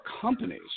companies